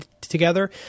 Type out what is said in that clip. together